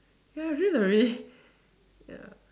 ya she is very yes